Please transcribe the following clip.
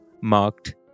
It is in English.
marked